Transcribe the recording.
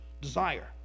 desire